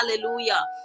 hallelujah